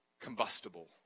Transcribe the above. combustible